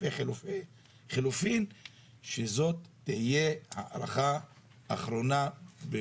חילופי חילופין שזאת תהיה הארכה אחרונה.